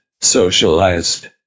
socialized